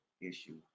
issue